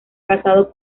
casado